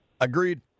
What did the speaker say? Agreed